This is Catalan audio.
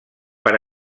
per